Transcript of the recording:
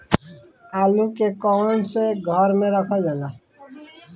आलू के कवन से घर मे रखल जाला?